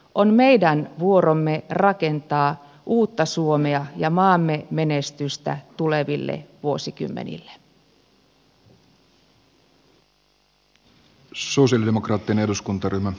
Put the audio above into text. on meidän vuoromme rakentaa uutta suomea ja maamme menestystä tuleville vuosikymmenille